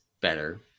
better